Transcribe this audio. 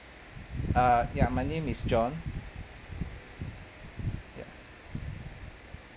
uh ya my name is john ya